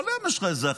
כל יום יש לך החלטות,